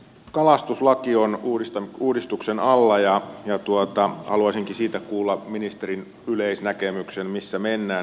kalastuslaki on uudistuksen alla ja haluaisinkin siitä kuulla ministerin yleisnäkemyksen missä mennään